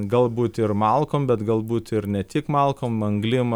galbūt ir malkom bet galbūt ir ne tik malkom anglim